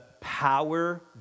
power